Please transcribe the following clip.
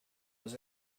was